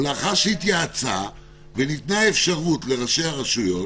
או לאחר שהתייעצה וניתנה אפשרות לראשי הרשויות